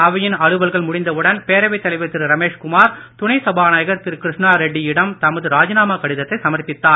அவையின் அலுவல்கள் முடிந்தவுடன் பேரவைத் தலைவர் திரு ரமேஷ் குமார் துணை சபாநாயகர் திரு கிருஷ்ணா ரெட்டியிடம் தமது ராஜினாமா கடிதத்தை சமர்ப்பித்தார்